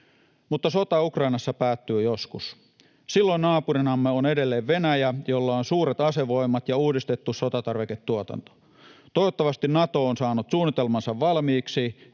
mutta sota Ukrainassa päättyy joskus. Silloin naapurinamme on edelleen Venäjä, jolla on suuret asevoimat ja uudistettu sotatarviketuotanto. Toivottavasti Nato on saanut suunnitelmansa valmiiksi,